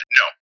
no